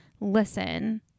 listen